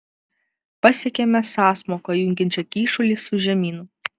pasiekėme sąsmauką jungiančią kyšulį su žemynu